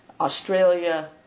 Australia